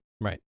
Right